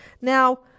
Now